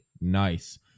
Nice